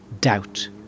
doubt